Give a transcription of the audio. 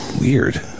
Weird